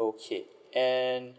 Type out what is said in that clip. okay and